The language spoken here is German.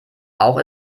auch